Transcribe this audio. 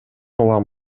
улам